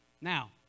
Now